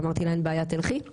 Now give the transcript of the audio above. אמרתי לה אין בעיה תלכי.